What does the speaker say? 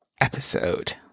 episode